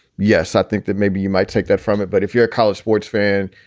yes. i think that maybe you might take that from it. but if you're a college sports fan,